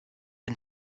and